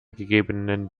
gegebenen